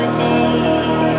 deep